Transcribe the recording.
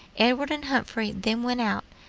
edward and humphrey then went out,